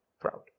proud